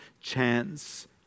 chance